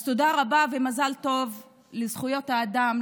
אז תודה רבה ומזל טוב לזכויות האדם,